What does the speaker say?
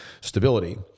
stability